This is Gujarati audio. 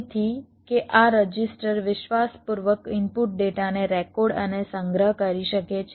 તેથી કે આ રજિસ્ટર વિશ્વાસપૂર્વક ઇનપુટ ડેટાને રેકોર્ડ અને સંગ્રહ કરી શકે છે